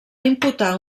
imputar